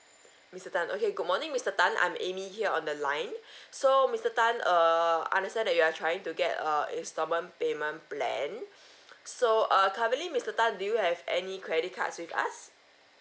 mister tan okay good morning mister tan I'm amy here on the line so mister tan err understand that you are trying to get a installment payment plan so uh currently mister tan do you have any credit cards with us